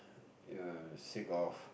ya sick of